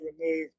remove